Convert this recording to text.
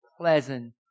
pleasant